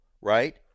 right